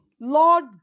Lord